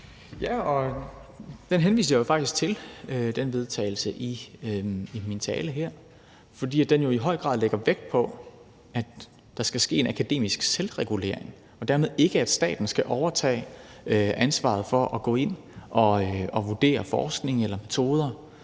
vedtagelse henviste jeg jo faktisk til i min tale her, fordi den i høj grad lægger vægt på, at der skal ske en akademisk selvregulering, og dermed ikke, at staten skal overtage ansvaret for at gå ind og vurdere forskning eller metoder.